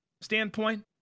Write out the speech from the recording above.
standpoint